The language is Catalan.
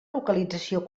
localització